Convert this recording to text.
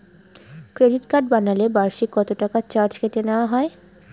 Credit card বানালে বার্ষিক কত টাকা চার্জ কেটে নেওয়া হবে?